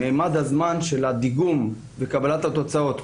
ממד הזמן של הדיגום וקבלת התוצאות.